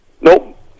Nope